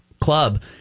Club